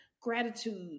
gratitude